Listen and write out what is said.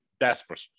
desperate